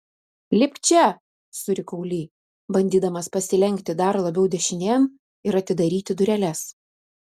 lipk čia surikau li bandydamas pasilenkti dar labiau dešinėn ir atidaryti dureles